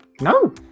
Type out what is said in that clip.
No